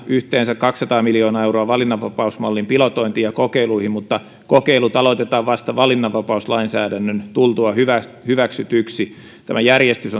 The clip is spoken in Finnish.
yhteensä kaksisataa miljoonaa euroa valinnanvapausmallin pilotointiin ja kokeiluihin mutta kokeilut aloitetaan vasta valinnanvapauslainsäädännön tultua hyväksytyksi tämä järjestys